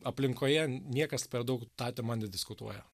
aplinkoje niekas per daug ta tema nediskutuoja